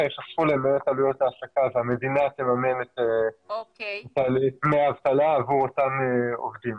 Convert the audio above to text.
ייחסכו עלויות ההעסקה והמדינה תממן את דמי האבטלה עבור אותם עובדים.